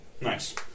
Nice